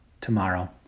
tomorrow